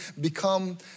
become